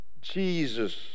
Jesus